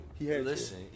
Listen